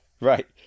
Right